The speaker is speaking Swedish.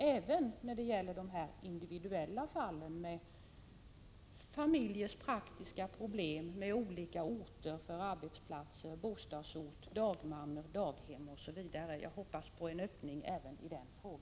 Även när det gäller de individuella fallen, med familjers praktiska problem med olika orter för arbetsplats, bostad, dagmamma, daghem osv., hoppas jag på en öppning.